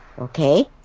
okay